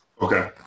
Okay